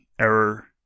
error